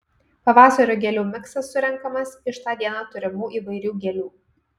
pavasario gėlių miksas surenkamas iš tą dieną turimų įvairių gėlių